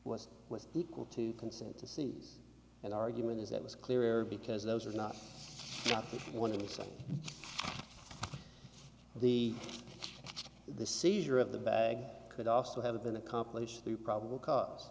was with equal to consent to seize and argument is that was clear because those are not what you want to see the the seizure of the bag could also have been accomplished through probable cause